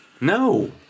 No